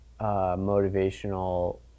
motivational